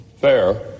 Fair